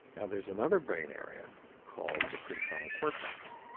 now there's another brain area called the prefrontal cortex.